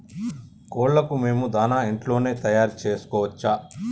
కోళ్లకు మేము దాణా ఇంట్లోనే తయారు చేసుకోవచ్చా?